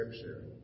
scripture